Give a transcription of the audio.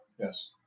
Yes